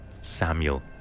Samuel